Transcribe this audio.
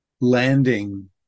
landing